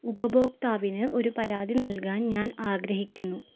ഉപഭോക്താവിന് ഒരു പരാതി നൽകാൻ ഞാൻ ആഗ്രഹിക്കുന്നു